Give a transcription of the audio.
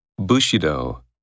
Bushido